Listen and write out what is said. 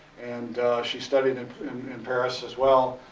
and she studied in in paris as well,